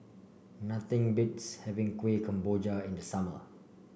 nothing beats having Kueh Kemboja in the summer